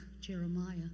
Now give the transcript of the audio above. Jeremiah